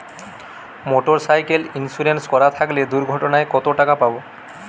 Motorcycle insurance করা থাকলে দুঃঘটনায় কতটাকা পাব?